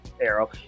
arrow